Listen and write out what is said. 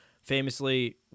famously